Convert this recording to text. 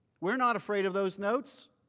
we are not afraid of those notes.